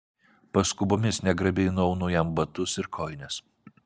paskubomis negrabiai nuaunu jam batus ir kojines